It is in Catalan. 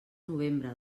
novembre